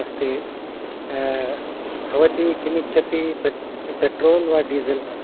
नमस्ते भवति किम् इच्छति पेट् पेट्रोल् वा डीजेल्